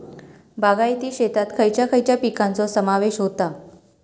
बागायती शेतात खयच्या खयच्या पिकांचो समावेश होता?